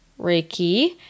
Reiki